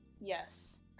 Yes